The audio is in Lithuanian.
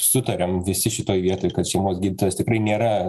sutariam visi šitoj vietoj kad šeimos gydytojas tikrai nėra